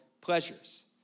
pleasures